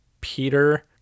Peter